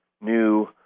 new